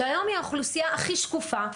שהיום היא האוכלוסייה הכי שקופה.